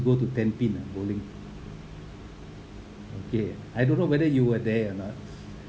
go to ten pin ah bowling okay I don't know whether you were there or not